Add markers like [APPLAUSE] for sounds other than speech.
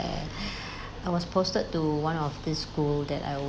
uh [BREATH] I was posted to one of these school that I would